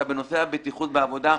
בנושא בטיחות בעבודה,